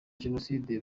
jenoside